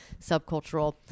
subcultural